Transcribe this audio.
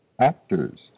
actors